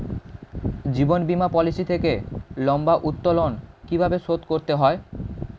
জীবন বীমা পলিসি থেকে লম্বা উত্তোলন কিভাবে শোধ করতে হয়?